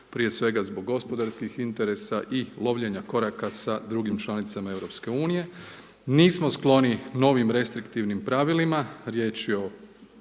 prije svega, zbog gospodarskih interesa i lovljenja koraka s drugim članicama EU. Nismo skloni novim restriktivnim pravilima. Riječ je o